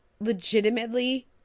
legitimately